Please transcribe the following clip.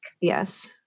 Yes